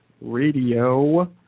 radio